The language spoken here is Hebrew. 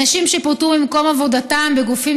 אנשים שפוטרו ממקום עבודתם בגופים